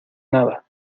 nada